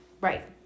Right